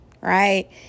right